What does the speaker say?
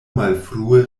malfrue